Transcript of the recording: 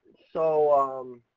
so, um,